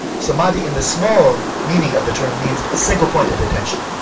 samadhi in the small meaning of the term means single pointed attention.